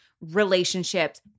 relationships